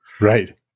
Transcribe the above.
Right